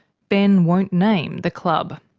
ben won't name the club.